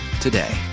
today